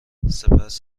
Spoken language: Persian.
سپس